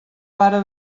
vara